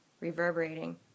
reverberating